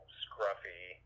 scruffy